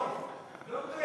נפריע.